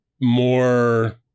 more